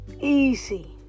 easy